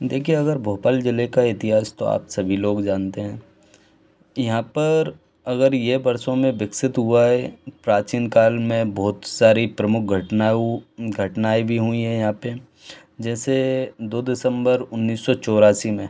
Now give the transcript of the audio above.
देखिए भोपाल जिले का इतिहास तो आप सभी लोग जानते है यहाँ पर अगर ये वर्षों मे विकसित हुआ है प्राचीन काल में बहुत सारी प्रमुख घटना घटनाएँ भी हुई है यहाँ पे जैसे दो दिसंबर उन्नीस सौ चौरासी में